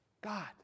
God